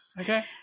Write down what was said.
Okay